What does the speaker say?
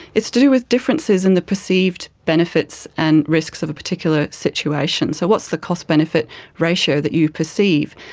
it's to do with differences in the perceived benefits and risks of a particular situation. so what's the cost-benefit ratio that you perceive?